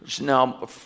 Now